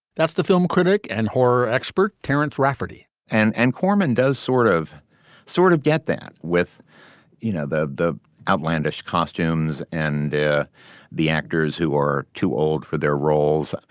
that's the film critic and horror expert terrence rafferty and and corman does sort of sort of get that with you know the the outlandish costumes and yeah the actors who are too old for their roles.